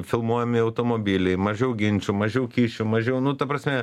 filmuojami automobiliai mažiau ginčų mažiau kyšių mažiau nu ta prasme